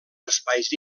espais